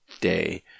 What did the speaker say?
day